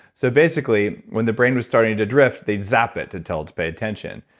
so basically, when the brain was starting to drift, they'd zap it to tell it to pay attention.